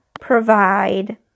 provide